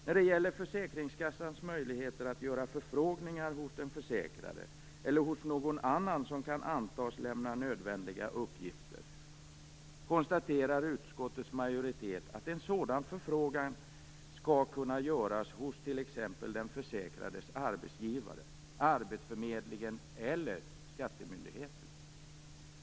När det gäller försäkringskassans möjligheter att göra förfrågningar hos den försäkrade eller hos någon annan som kan antas lämna nödvändiga uppgifter konstaterar utskottets majoritet att en sådan förfrågan skall kunna göras hos t.ex. den försäkrades arbetsgivare, arbetsförmedlingen eller skattemyndigheten.